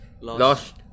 lost